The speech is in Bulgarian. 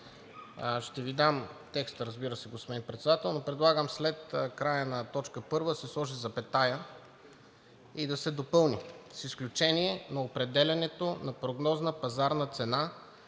Ще Ви дам текста, разбира се, господин Председател, но предлагам след края на т. 1 да се сложи запетая и да се допълни: „с изключение на определянето на прогнозна пазарна цена